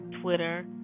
Twitter